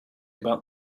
about